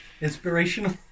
inspirational